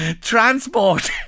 Transport